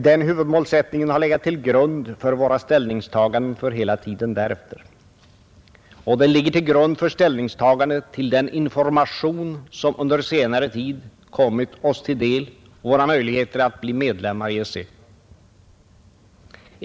Den huvudmålsättningen har legat till grund för våra ställningstaganden för hela tiden därefter. Och den ligger till grund för ställningstagandet till den information som under senare tid kommit oss till del om våra möjligheter att bli medlemmar i EEC.